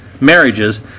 marriages